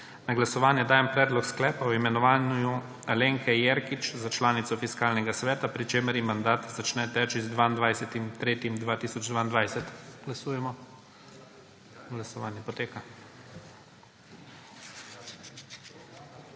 Na glasovanje dajem Predlog sklepa o imenovanju Alenke Jerkič za članico Fiskalnega sveta, pri čemer ji mandat začne teči z 22. 3. 2022. Glasujemo. Navzočih